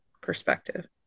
perspective